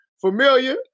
familiar